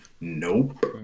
Nope